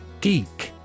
Geek